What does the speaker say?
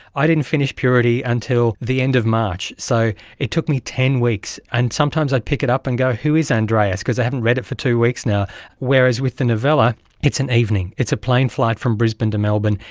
i didn't finish purity until the end of march. so it took me ten weeks. and sometimes i'd pick it up and go, who is andreas because i hadn't read it for two weeks, whereas with the novella it's an evening, it's a plane flight from brisbane to melbourne,